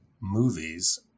movies